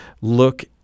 look